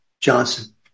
Johnson